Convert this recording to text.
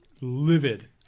livid